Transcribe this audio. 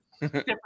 different